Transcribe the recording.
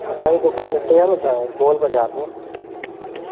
असांजी दुकानु हिते आहे न तव्हांजे गोल बाज़ारि में